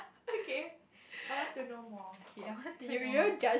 okay I want to know more K I want to know more